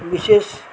विशेष